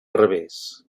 revés